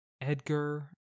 Edgar